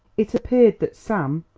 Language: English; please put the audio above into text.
it appeared that sam,